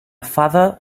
father